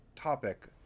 Topic